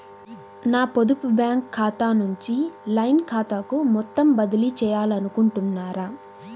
నా పొదుపు బ్యాంకు ఖాతా నుంచి లైన్ ఖాతాకు మొత్తం బదిలీ చేయాలనుకుంటున్నారా?